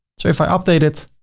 so if i update it